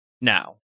now